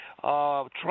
Trump